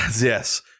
Yes